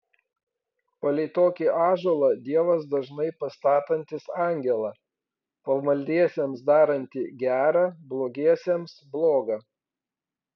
palei tokį ąžuolą dievas dažnai pastatantis angelą pamaldiesiems darantį gera blogiesiems bloga